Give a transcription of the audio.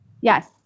yes